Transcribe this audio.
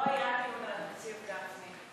היה דיון על התקציב גם לפני.